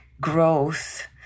growth